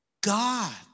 God